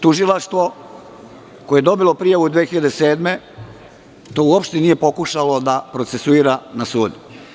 Tužilaštvo koje je dobilo prijavu 2007. godine to uopšte nije pokušalo da procesuira na sudu.